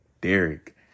Derek